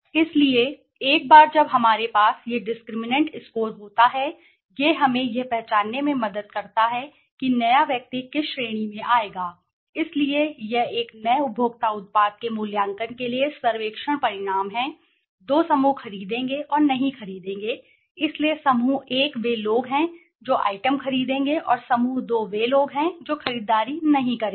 इसलिए एक बार जब हमारे पास यह डिस्क्रिमिनैंट स्कोर होता है यह हमें यह पहचानने में मदद करता है कि नया व्यक्ति किस श्रेणी में आएगा इसलिए यह एक नए उपभोक्ता उत्पाद के मूल्यांकन के लिए सर्वेक्षण परिणाम है दो समूह खरीदेंगे और नहीं खरीदेंगे इसलिए समूह 1 वे लोग हैं जो आइटम खरीदेंगे और समूह 2 वे लोग हैं जो खरीदारी नहीं करेंगे